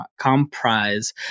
Comprise